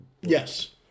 Yes